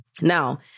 Now